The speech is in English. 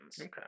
Okay